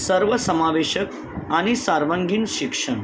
सर्व समावेशक आणि सार्वांगीण शिक्षण